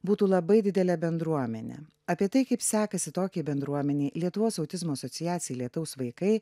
būtų labai didelė bendruomenė apie tai kaip sekasi tokiai bendruomenei lietuvos autizmo asociacijai lietaus vaikai